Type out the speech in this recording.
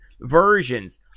versions